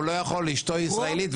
אשתו ישראלית,